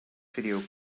video